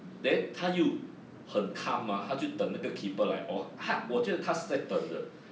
then 他又很 clam ah 就等那个 keeper 来 oh ha~ 我觉得他是在等的